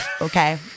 Okay